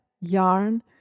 yarn